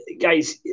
guys